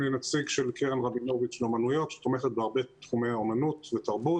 אני נציג של קרן רבינוביץ לאמנויות שתומכת בהרבה תחומי אמנות ותרבות.